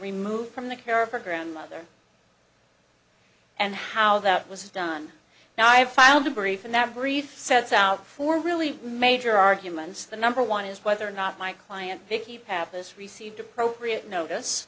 removed from the care of her grandmother and how that was done now i have filed a brief and that brief sets out for really major arguments the number one is whether or not my client vicki pappas received appropriate notice